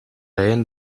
leien